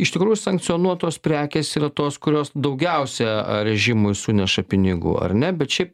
iš tikrųjų sankcionuotos prekės yra tos kurios daugiausia režimui suneša pinigų ar ne bet šiaip